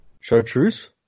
Chartreuse